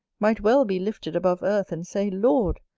might well be lifted above earth, and say, lord,